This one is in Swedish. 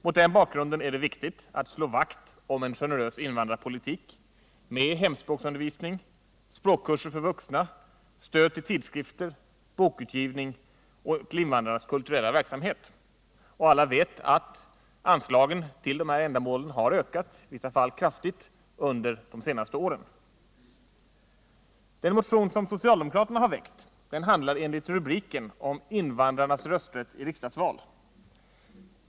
Mot den bakgrunden är det viktigt att slå vakt om en generös invandrarpolitik med hemspråksundervisning, språkkurser för vuxna, stöd till tidskrifter, bokutgivning och till invandrarnas kulturella verksamhet. Alla vet att anslagen till de här ändamålen har ökat, i vissa fall kraftigt, under de senaste åren. Den motion som socialdemokraterna har väckt handlar enligt rubriken om invandrarnas rösträtt i riksdagsval.